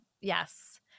yes